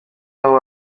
nubu